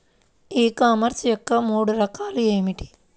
E commerce యొక్క మూడు రకాలు ఏమిటి?